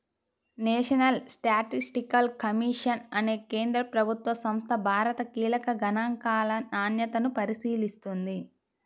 national statistical commission అనే కేంద్ర ప్రభుత్వ సంస్థ భారత కీలక గణాంకాల నాణ్యతను పరిశీలిస్తుంది